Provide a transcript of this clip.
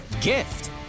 Gift